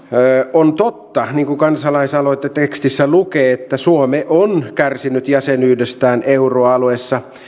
on totta niin kuin kansalaisaloitteen tekstissä lukee että suomi on kärsinyt jäsenyydestään euroalueessa